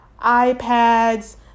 ipads